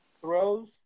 throws